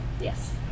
Yes